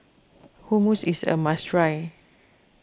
Hummus is a must try